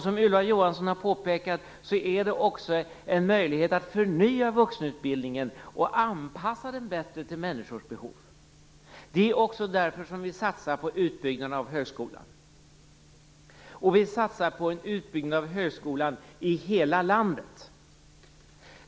Som Ylva Johansson har påpekat ger det också en möjlighet att förnya vuxenutbildningen och bättre anpassa den till människors behov. Det är också därför som vi satsar på utbyggnaden av högskolan, och vi satsar på en utbyggnad av högskolan i hela landet.